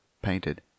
painted